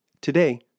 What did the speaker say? Today